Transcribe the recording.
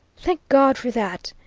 thank god for that!